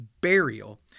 burial